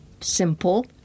simple